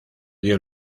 dio